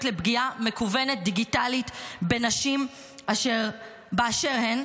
לפגיעה מקוונת דיגיטלית בנשים באשר הן.